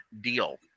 deal